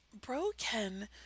broken